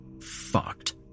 fucked